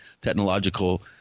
technological